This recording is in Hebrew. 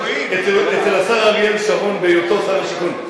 אצל השר אריאל שרון בהיותו שר השיכון.